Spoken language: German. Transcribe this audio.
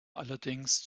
allerdings